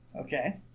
Okay